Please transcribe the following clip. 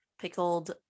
pickled